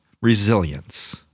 resilience